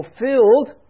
fulfilled